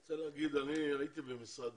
אני רוצה להגיד, אני הייתי במשרד